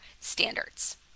standards